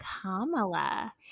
Kamala